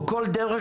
או כל דרך,